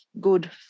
good